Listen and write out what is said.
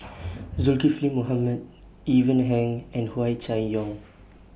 Zulkifli Mohamed Ivan Heng and Hua Chai Yong